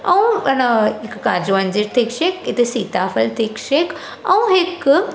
ऐं हेन काजूनि जो थिक शेक सीताफल थिक शेक ऐं हिकु